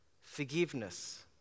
Forgiveness